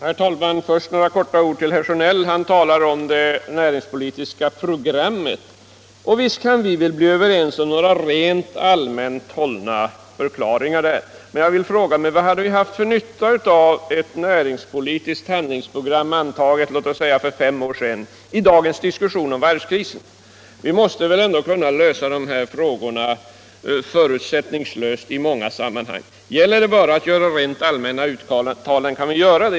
Herr talman! Först några ord till herr Sjönell! Herr Sjönell talar om behovet av ett näringspolitiskt program, och visst kan vi vara överens om några allmänt hållna förklaringar, men jag vill ändå fråga vilken nytta vi i dagens diskussion om varvskrisen skulle ha haft av ett näringspolitiskt handlingsprogram, antaget för låt oss säga fem år sedan. Vi måste lösa sådana frågor förutsättningslöst. Gäller det bara rent allmänna uttalanden, kan vi ju göra dem.